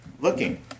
looking